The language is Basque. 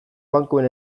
bankuen